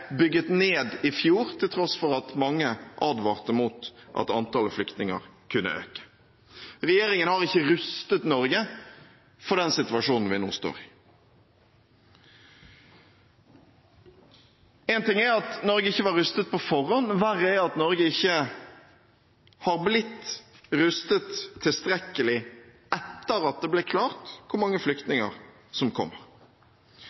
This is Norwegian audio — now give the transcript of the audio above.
bygget ned i fjor, til tross for at mange advarte om at antallet flyktninger kunne øke. Regjeringen har ikke rustet Norge for den situasjonen vi nå står i. Én ting er at Norge ikke var rustet på forhånd, verre er det at Norge ikke har blitt rustet tilstrekkelig etter at det ble klart hvor mange flyktninger som kommer.